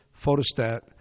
photostat